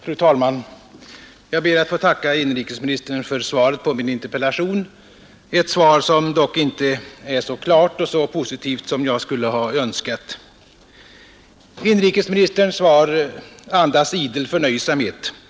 Fru talman! Jag ber att få tacka inrikesministern för svaret på min interpellation, ett svar som dock inte är så klart och positivt som jag skulle ha önskat. Inrikesministerns svar andas idel förnöjsamhet.